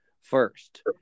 First